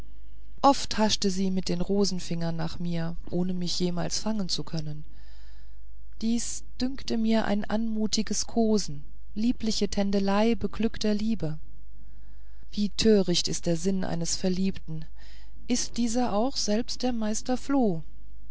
oft haschte sie mit den rosenfingern nach mir ohne mich jemals fangen zu können dies dünkte mir anmutiges kosen liebliche tändelei beglückter liebe wie töricht ist der sinn eines verliebten ist dieser auch selbst der meister floh